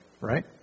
right